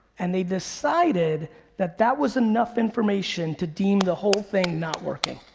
and they decided that that was enough information to deem the whole thing not working.